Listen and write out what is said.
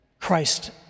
Christ